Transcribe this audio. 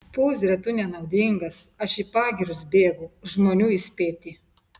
pūzre tu nenaudingas aš į pagirius bėgu žmonių įspėti